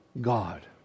God